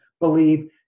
believe